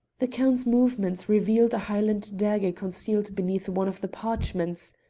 the count's movements revealed a highland dagger concealed beneath one of the parchments!